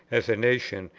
as a nation,